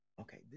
okay